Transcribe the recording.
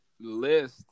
list